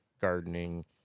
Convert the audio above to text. gardening